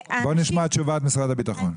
נשמע את תשובת משרד הביטחון.